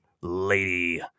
lady